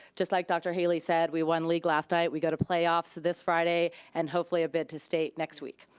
just like dr. haley said, we won league last night, we go to playoffs this friday, and hopefully a bid to state next week.